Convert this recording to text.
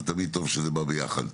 זה תמיד טוב שזה בא ביחד.